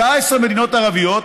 19 מדינות ערביות